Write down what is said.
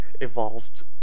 evolved